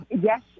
Yes